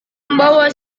membawa